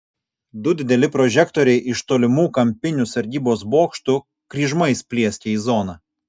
du dideli prožektoriai iš tolimų kampinių sargybos bokštų kryžmais plieskė į zoną